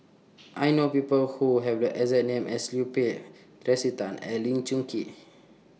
I know People Who Have The exact name as Liu Peihe Tracey Tan and Lee Choon Kee